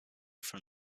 from